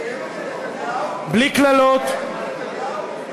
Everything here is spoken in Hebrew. היא קיימת לנתניהו?